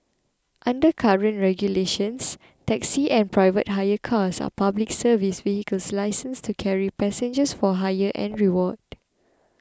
under current regulations taxis and private hire cars are Public Service vehicles licensed to carry passengers for hire and reward